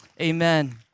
Amen